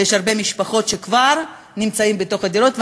ויש הרבה משפחות שכבר נמצאות בתוך הדירות.